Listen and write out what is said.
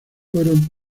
fueron